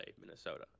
minnesota